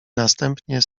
następnie